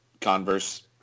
Converse